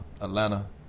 Atlanta